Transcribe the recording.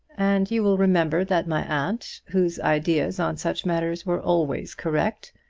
and you will remember that my aunt, whose ideas on such matters were always correct,